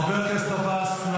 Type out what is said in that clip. חבר הכנסת עבאס,